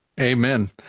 Amen